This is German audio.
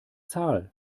zahl